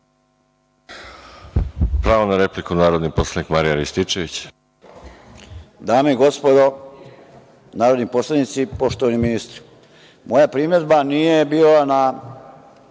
Pravo na repliku ima narodni poslanik Marijan Rističević.